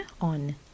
on